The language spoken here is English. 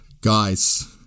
Guys